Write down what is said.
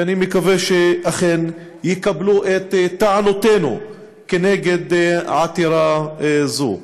שאני מקווה שאכן יקבלו את טענותינו כנגד עתירה זו.